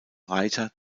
reiter